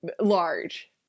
large